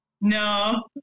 No